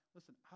Listen